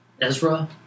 Ezra